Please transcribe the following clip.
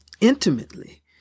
intimately